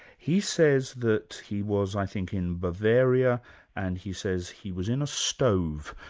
he says that he was i think in bavaria and he says he was in a stove,